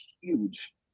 huge